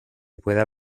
pueda